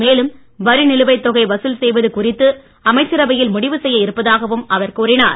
மேலும் வரி நிலுவை தொகை வசூல் செய்வது குறித்து அமைச்சரவையில் முடிவு செய்ய இருப்பதாகவும் அவர் கூறினார்